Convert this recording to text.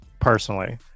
personally